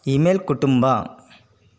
email ಕುಟುಂಬ